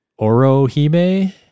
Orohime